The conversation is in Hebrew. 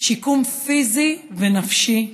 שיקום פיזי ונפשי,